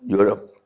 Europe